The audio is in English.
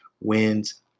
wins